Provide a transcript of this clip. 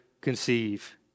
conceive